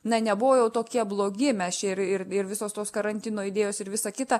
na nebuvo jau tokie blogi mes čia ir ir ir visos tos karantino idėjos ir visa kita